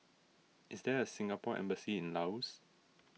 is there a Singapore Embassy in Laos